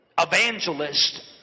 evangelist